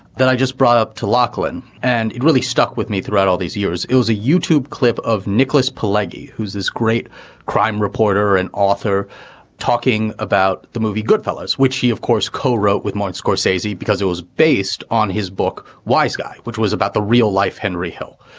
then i just brought up to lachlan and it really stuck with me throughout all these years. it was a youtube clip of nicholas pileggi, who's this great crime reporter and author talking about the movie goodfellas, which he, of course, co-wrote with martin scorsese. because it was based on his book wiseguy, which was about the real life henry hill.